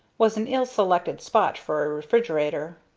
was an ill-selected spot for a refrigerator.